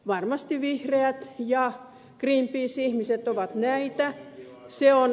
varmasti vihreät ja greenpeace ihmiset ovat näitä